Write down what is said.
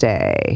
Day